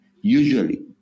Usually